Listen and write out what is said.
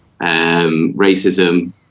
racism